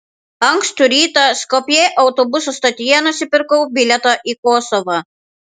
ankstų rytą skopjė autobusų stotyje nusipirkau bilietą į kosovą